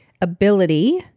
ability